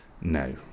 No